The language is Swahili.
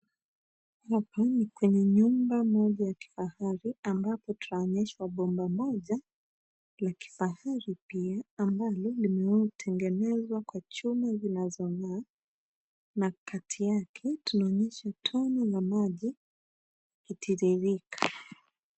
Hapa ni kwenye nyumba moja ya kifahari ambapo tunaonyeshwa bomba moja la kifahari pia ambalo limetengenezwa kwa chuma zinazong'aa na kati yake tunaonyeshwa tone la maji likitiririka.